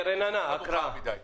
אימאן ח'טיב יאסין (רע"מ,